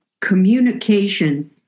communication